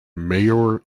mayor